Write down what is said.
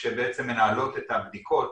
שולחים 60% מהמערערים --- לא,